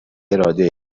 اراده